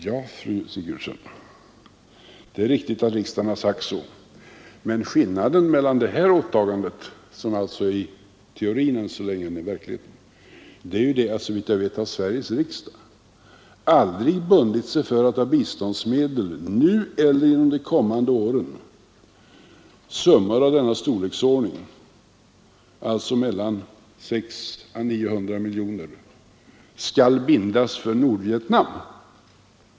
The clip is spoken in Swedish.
Ja, fru Sigurdsen, det är riktigt att riksdagen sagt så, men skillnaden när det gäller det här åtagandet — som än så länge är mera teori än verklighet — är att Sveriges riksdag, såvitt jag vet, aldrig bundit sig för att av biståndsmedel nu eller under de kommande åren summor av denna storleksordning, alltså mellan 600 och 900 miljoner kronor, skall bindas för Nordvietnam.